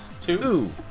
Two